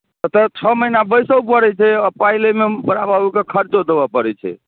तऽ छओ महीना बैसहु पड़ैत छै पाइ लयमे बड़ा बाबूकेँ खर्चो देबय पड़ैत छै